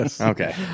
Okay